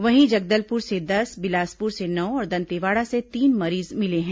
वहीं जगदलपुर से दस बिलासपुर से नौ और दंतेवाड़ा से तीन मरीज मिले हैं